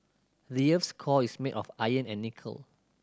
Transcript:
the earth's core is made of iron and nickel